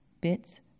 bits